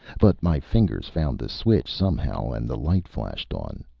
but my fingers found the switch somehow, and the light flashed on.